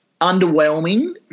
underwhelming